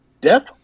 Death